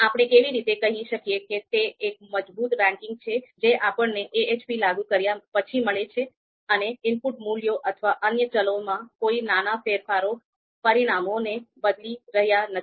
આપણે કેવી રીતે કહી શકીએ કે તે એક મજબૂત રેન્કિંગ છે જે આપણને AHP લાગુ કર્યા પછી મળે છે અને ઇનપુટ મૂલ્યો અથવા અન્ય ચલોમાં કોઈ નાના ફેરફારો પરિણામોને બદલી રહ્યા નથી